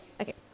Okay